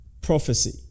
prophecy